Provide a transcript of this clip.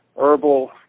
herbal